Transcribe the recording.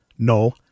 No